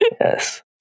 Yes